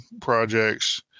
projects